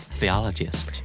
theologist